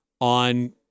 on